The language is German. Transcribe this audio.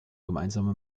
gemeinsamer